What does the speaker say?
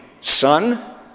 son